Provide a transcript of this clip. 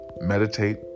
Meditate